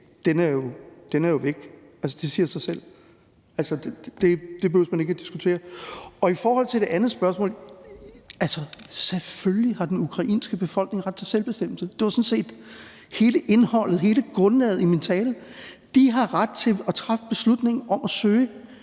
ting jo væk. Det siger sig selv. Det behøver man ikke at diskutere. I forhold til det andet spørgsmål vil jeg sige: Selvfølgelig har den ukrainske befolkning ret til selvbestemmelse. Det var sådan set hele indholdet, hele grundlaget i min tale. De har ret til at træffe beslutning om at søge